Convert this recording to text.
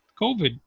COVID